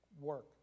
work